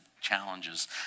challenges